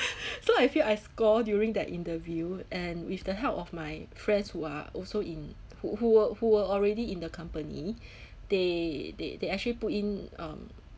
so I feel I score during that interview and with the help of my friends who are also in who who were who were already in the company they they they actually put in um